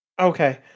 Okay